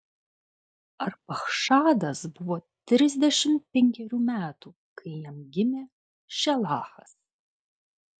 arpachšadas buvo trisdešimt penkerių metų kai jam gimė šelachas